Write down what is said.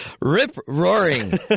Rip-roaring